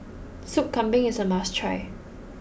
Soup Kambing is a must try